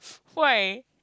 why